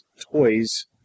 toys